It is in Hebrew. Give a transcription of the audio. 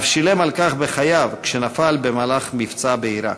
אף שילם על כך בחייו כשנפל במהלך מבצע בעיראק.